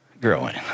growing